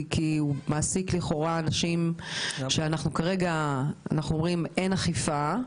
כי לכאורה הוא מעסיק אנשים שכרגע אין נגדם אכיפה.